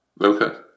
Okay